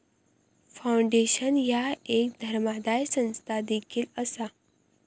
foundation ह्या एक धर्मादाय संस्था देखील असा